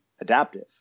adaptive